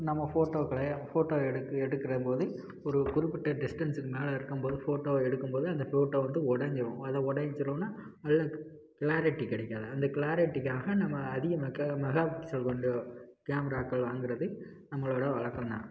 நம்ம ஃபோட்டோக்களை ஃபோட்டோ எடுக்க எடுக்கிற பொழுது ஒரு குறிப்பிட்ட டிஸ்டன்ஸுக்கு மேலே இருக்கும்பொழுது ஃபோட்டோ எடுக்கும் போது அந்த ஃபோட்டோ வந்து ஒடைஞ்சிடும் அது ஒடஞ்சிடுச்சினோன்ன நல்ல க்ளாரிட்டி கிடைக்காது அந்த க்ளாரிட்டிக்காக நம்ம அதிக மெகா பிக்சல் கொண்ட கேமராக்கள் வாங்குகிறது நம்மளோடய வழக்கந்தான்